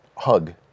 hug